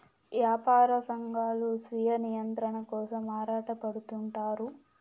యాపార సంఘాలు స్వీయ నియంత్రణ కోసం ఆరాటపడుతుంటారు